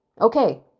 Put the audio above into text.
okay